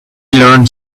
learned